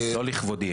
לא לכבודי.